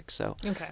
Okay